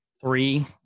three